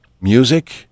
music